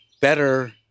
better